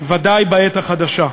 ודאי בעת החדשה.